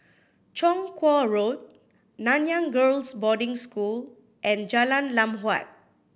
Chong Kuo Road Nanyang Girls' Boarding School and Jalan Lam Huat